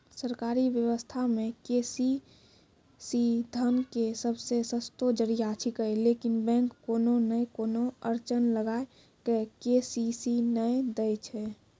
सरकारी व्यवस्था मे के.सी.सी धन के सबसे सस्तो जरिया छिकैय लेकिन बैंक कोनो नैय कोनो अड़चन लगा के के.सी.सी नैय दैय छैय?